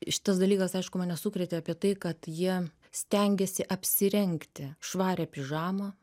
šitas dalykas aišku mane sukrėtė apie tai kad jie stengiasi apsirengti švarią pižamą